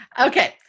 Okay